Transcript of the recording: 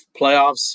playoffs